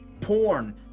porn